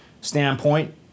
standpoint